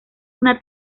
una